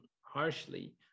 harshly